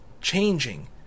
changing